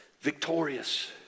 victorious